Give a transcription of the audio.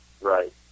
Right